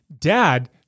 dad